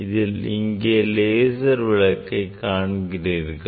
படத்தில் இங்கே லேசர் விளக்கை நீங்கள் காண்கிறீர்கள்